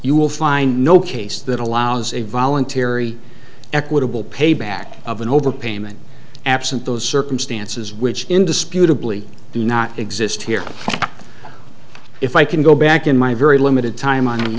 you will find no case that allows a voluntary equitable payback of an overpayment absent those circumstances which indisputably do not exist here if i can go back in my very limited time on